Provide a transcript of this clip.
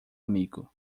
amigo